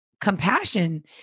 compassion